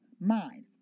mind